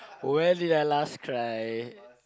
where did I last cry